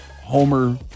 Homer